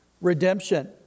Redemption